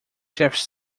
chefes